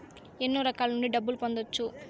ఎన్నో రకాల నుండి డబ్బులు పొందొచ్చు